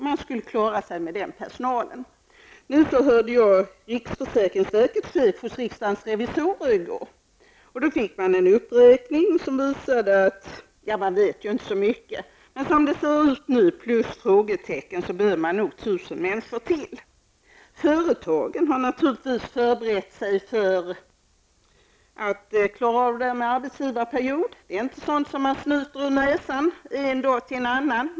Man skulle klara sig med den personal som fanns. I går hörde jag vad riksförsäkringsverkets chef sade hos riksdagens revisorer. Det blev en uppräkning som visade att man inte visste så mycket. Men som det såg ut nu, med alla frågetecken, behövde riksförsäkringsverket nog 1 000 människor till. Företagen har naturligtvis förberett sig för att klara av den föreslagna arbetsgivarperioden. Detta är inte något som man snyter ur näsan från en dag till en annan.